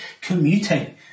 commuting